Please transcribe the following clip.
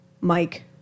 Mike